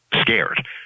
Scared